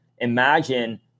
imagine